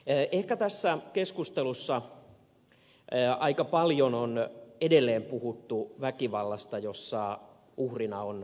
ehkä tässä keskustelussa aika paljon on edelleen puhuttu väkivallasta jossa uhrina on nainen